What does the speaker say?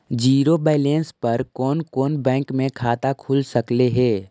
Zero balance पर कोन कोन बैंक में खाता खुल सकले हे?